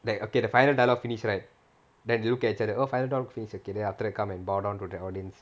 like okay the final dialogue finish right then you look at each other oh final dialogue finish already then after that come and bow down to the audience